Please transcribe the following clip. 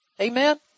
Amen